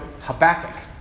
Habakkuk